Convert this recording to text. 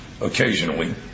Occasionally